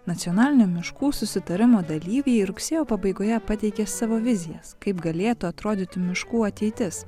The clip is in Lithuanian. nacionalinio miškų susitarimo dalyviai rugsėjo pabaigoje pateikė savo vizijas kaip galėtų atrodyti miškų ateitis